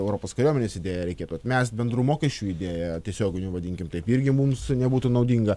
europos kariuomenės idėją reikėtų atmesti bendrų mokesčių idėją tiesioginių vadinkim taip irgi mums nebūtų naudinga